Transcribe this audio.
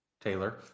Taylor